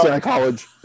College